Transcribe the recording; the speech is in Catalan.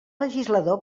legislador